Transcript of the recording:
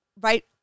right